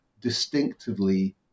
distinctively